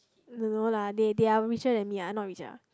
don't know lah they they are richer than me lah I not rich lah